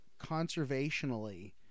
conservationally